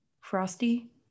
Frosty